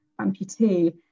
amputee